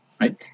right